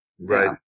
Right